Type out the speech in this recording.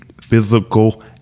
physical